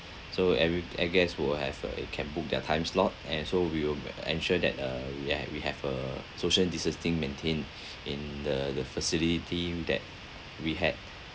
so every every guest will have a they can book their time slot and so we will ensure that uh yeah we have a social distancing maintained in the the facility that we had